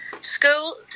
School